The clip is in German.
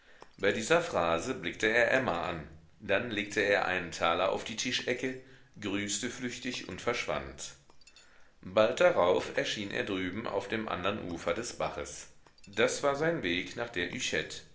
bei dieser phrase blickte er emma an dann legte er einen taler auf die tischecke grüßte flüchtig und verschwand bald darauf erschien er drüben auf dem andern ufer des baches das war sein weg nach der